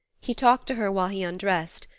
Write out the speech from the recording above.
he talked to her while he undressed,